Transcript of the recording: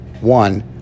one